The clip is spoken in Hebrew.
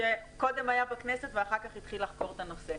שקודם היה בכנסת ואחר כך התחיל לחקור את הנושא.